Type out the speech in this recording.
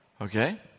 Okay